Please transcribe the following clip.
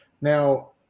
Now